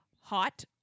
hot